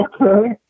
Okay